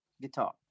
guitar